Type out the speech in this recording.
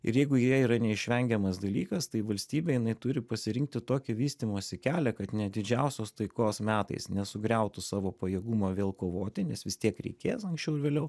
ir jeigu jie yra neišvengiamas dalykas tai valstybė jinai turi pasirinkti tokį vystymosi kelią kad net didžiausios taikos metais nesugriautų savo pajėgumo vėl kovoti nes vis tiek reikės anksčiau ar vėliau